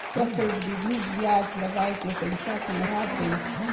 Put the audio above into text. चक्रबृद्धि बियाज लगाय के पइसा संघरात गइस